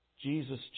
Jesus